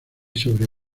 sobre